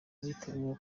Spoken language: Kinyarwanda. biteguye